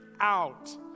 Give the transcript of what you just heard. out